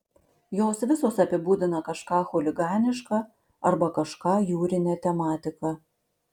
jos visos apibūdina kažką chuliganiška arba kažką jūrine tematika